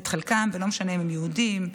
ולא משנה אם הם יהודים,